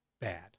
bad